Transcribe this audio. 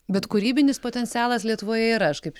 bet kūrybinis potencialas lietuvoje yra aš kaip